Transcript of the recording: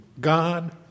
God